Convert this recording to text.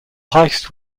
heist